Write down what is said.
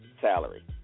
salary